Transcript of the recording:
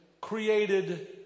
created